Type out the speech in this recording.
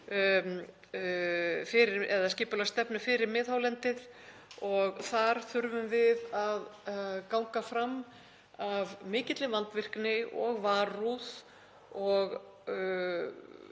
skipulagsstefnu fyrir miðhálendið og þar þurfum við að ganga fram af mikilli vandvirkni og varúð